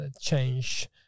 change